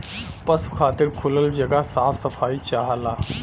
पसु खातिर खुलल जगह साफ सफाई चाहला